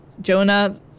Jonah